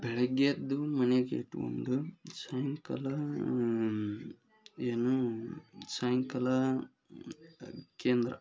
ಬೆಳಗ್ಗೆ ಎದ್ದು ಮನೆಗೆ ಇಟ್ಟುಕೊಂಡು ಸಾಯಂಕಾಲ ಏನು ಸಾಯಂಕಾಲ ಕೇಂದ್ರ